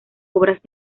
obras